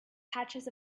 patches